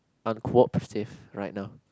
uncooperative right now